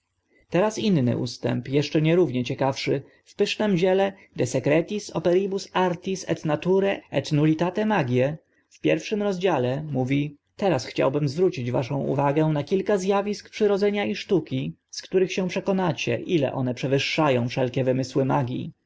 inny ustęp eszcze nierównie ciekawszy w pysznym dziele de secretis operibus artis et naturae et nullitate magiae w pierwszym rozdziale mówi teraz chciałbym zwrócić waszą uwagę na kilka z awisk przyrodzenia i sztuki z których się przekonacie ile one przewyższa ą wszelkie wymysły magii